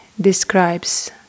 describes